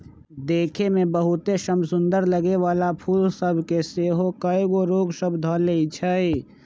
देखय में बहुते समसुन्दर लगे वला फूल सभ के सेहो कएगो रोग सभ ध लेए छइ